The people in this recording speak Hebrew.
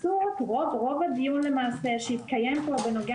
ורוב הדיון שהתקיים פה למעשה בנוגע